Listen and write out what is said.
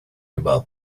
about